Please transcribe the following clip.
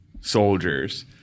soldiers